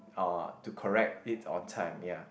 ah to correct it on time ya